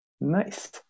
Nice